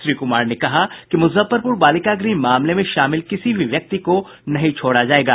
श्री कुमार ने कहा कि मुजफ्फरपुर बालिका गृह मामले में शामिल किसी भी व्यक्ति को नहीं छोड़ा जायेगा